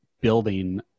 building